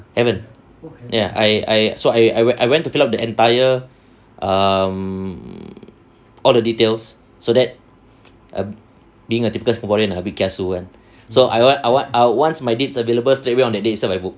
haven't ya I I so I went to fill up the entire um all the details so that err being a typical singaporean ah we kiasu [one] so err once err once my date is available straightaway on that day itself I book